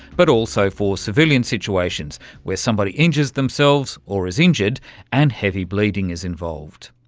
but also for civilian situations where somebody injures themselves or is injured and heavy bleeding is involved.